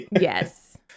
yes